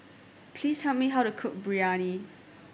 please tell me how to cook Biryani